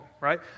Right